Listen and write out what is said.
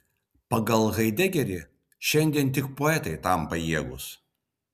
pagal haidegerį šiandien tik poetai tam pajėgūs